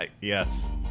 Yes